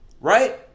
Right